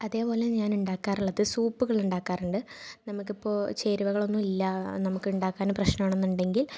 അതേപോലെ ഞാനുണ്ടാക്കാറുള്ളത് സൂപ്പുകൾ ഉണ്ടാക്കാറുണ്ട് നമുക്ക് ഇപ്പോൾ ചേരുവകളൊന്നുമില്ല നമുക്ക് ഉണ്ടാക്കാൻ പ്രശ്നം ആണെന്നുണ്ടെങ്കില്